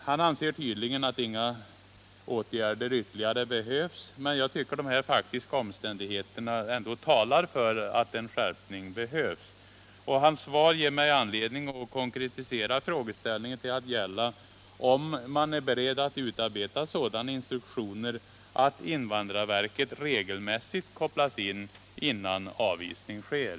Han anser tydligen att inga ytterligare åtgärder behövs, men jag tycker att de faktiska omständigheterna ändå talar för att en skärpning är nödvändig. Svaret ger mig anledning att konkretisera frågeställningen till att gälla om man är beredd att utarbeta sådana instruktioner att invandrarverket regelmässigt kopplas in innan avvisning sker.